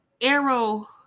arrow